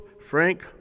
Frank